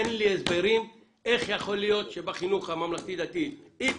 תן לי הסברים איך יכול להיות שבחינוך הממלכתי-דתי איקס,